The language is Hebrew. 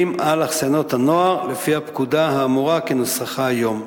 על אכסניות הנוער לפי הפקודה האמורה כנוסחה היום.